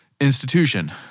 institution